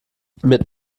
mit